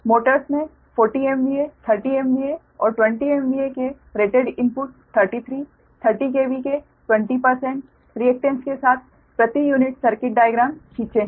Motors मे 40 MVA 30 MVA और 20 MVA के रेटेड इनपुट 33 30 KV के 20 रिएकटेन्स के साथ प्रति यूनिट सर्किट डाइग्राम खींचे हैं